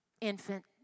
infant